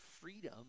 freedom